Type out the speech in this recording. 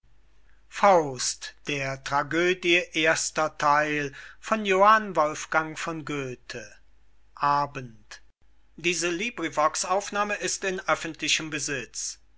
sprechen der tragödie erster